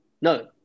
no